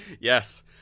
Yes